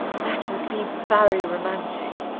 that would be very romantic,